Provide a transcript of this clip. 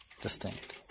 distinct